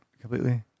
completely